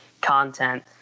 content